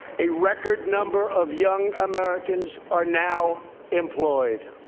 a record number of young americans are now employed.